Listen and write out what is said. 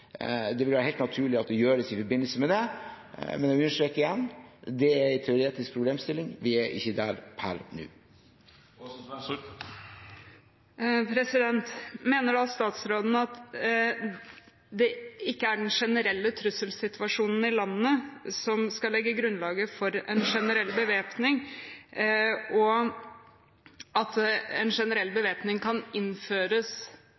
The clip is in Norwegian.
Det vil være helt naturlig at det gjøres i forbindelse med det. Men jeg vil igjen understreke: Det er en teoretisk problemstilling. Vi er ikke der per nå. Mener statsråden da at det ikke er den generelle trusselsituasjonen i landet som skal legge grunnlaget for en generell bevæpning, og at en generell